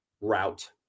route